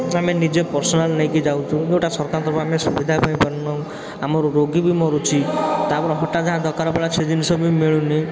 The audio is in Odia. ଯେ ଆମେ ନିଜେ ପର୍ସନାଲ୍ ନେଇକି ଯାଉଛୁ ଯେଉଁଟା ସରକାର ତରଫରୁ ଆମେ ସୁବିଧା ପାଇପାରୁନୁ ଆମର ରୋଗୀ ବି ମରୁଛି ତା'ପରେ ହଠାତ୍ ଯାହା ଦରକାର ପଡ଼ିଲା ସେ ଜିନିଷ ବି ମିଳୁନି